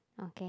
okay